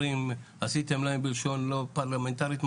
עשיתם להם בלשון לא פרלמנטארית,